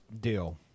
deal